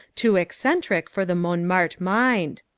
too eccentric for the montmartre mind.